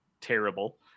terrible